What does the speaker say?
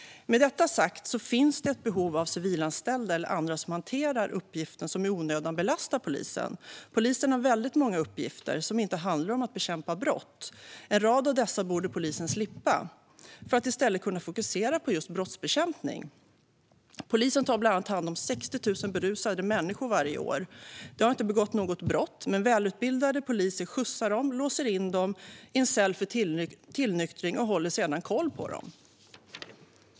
Med detta sagt finns det ett behov av civilanställda och andra som hanterar uppgifter som i onödan belastar polisen. Polisen har väldigt många uppgifter som inte handlar om att bekämpa brott. En rad av dessa borde polisen slippa för att i stället kunna fokusera på just brottsbekämpning. Polisen tar bland annat hand om 60 000 berusade människor varje år. De har inte begått något brott, men välutbildade poliser skjutsar dem, låser in dem i en cell för tillnyktring och håller sedan koll på dem.